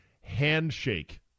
handshake